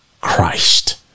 Christ